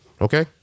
okay